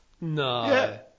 No